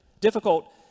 difficult